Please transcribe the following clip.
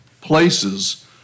places